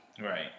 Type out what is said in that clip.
Right